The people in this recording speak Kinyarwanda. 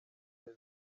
neza